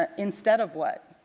ah instead of what?